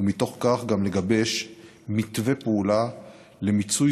ומתוך כך גם לגבש מתווה פעולה למיצוי